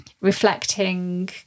reflecting